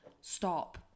stop